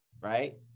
right